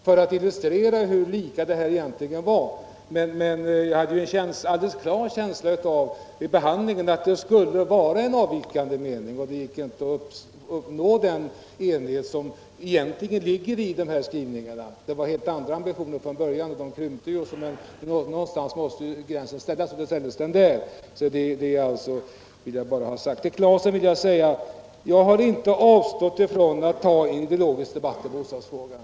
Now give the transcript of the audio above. Men jag hade under behandlingen i utskottet en tydlig känsla av att det skulle vara en avvikande mening, och därför gick det inte att uppnå den enighet som egentligen ligger i de här skrivningarna. Det fanns helt andra ambitioner från början. De krympte ju, men någonstans måste gränsen ändå sättas, har man resonerat. Till herr Claeson vill jag säga att jag inte har avstått från att ta en ideologisk debatt i bostadsfrågan.